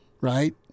right